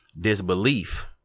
disbelief